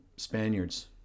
Spaniards